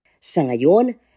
Sangayon